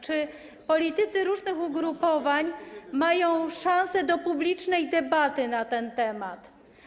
Czy politycy różnych ugrupowań mają szansę na publiczną debatę na ten temat?